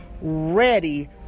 ready